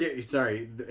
Sorry